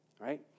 right